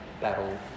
battle